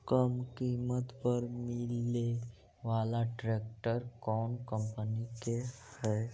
कम किमत पर मिले बाला ट्रैक्टर कौन कंपनी के है?